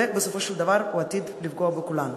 ובסופו של דבר הוא עתיד לפגוע בכולנו.